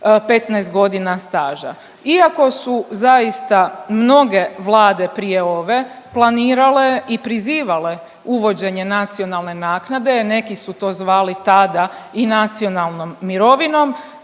15 godina staža, iako su zaista mnoge vlade prije ove planirale i prizivanje uvođenje nacionalne naknade, neki su to zvali tada i nacionalnom mirovinom,